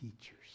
teachers